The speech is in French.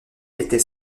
étant